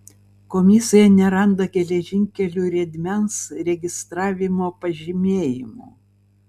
komisija neranda geležinkelių riedmens registravimo pažymėjimų